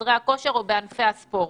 בחדרי הכושר או בענפי הספורט.